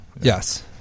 Yes